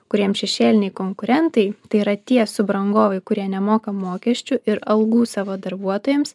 kuriems šešėliniai konkurentai tai yra tie subrangovai kurie nemoka mokesčių ir algų savo darbuotojams